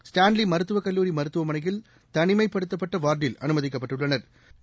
Stanley மருத்துவக்கல்லூரி மருத்துவமனையில் தனிமைப்படுத்தப்பட்ட வாா்டில் அனுமதிக்கப்பட்டுள்ளனா்